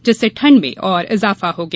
जिससे ठंड में और इजाफा हो गया